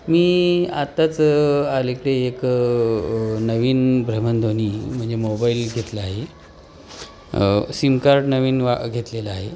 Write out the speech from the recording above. मी आत्ताच आलीकडे एक नवीन भ्रमणध्वनी म्हणजे मोबाईल घेतला आहे सिम कार्ड नवीन वा घेतलेला आहे